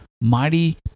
mighty